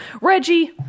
Reggie